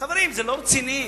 חברים, זה לא רציני.